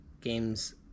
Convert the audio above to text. games